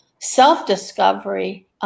self-discovery